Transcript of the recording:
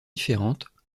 différentes